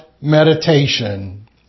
meditation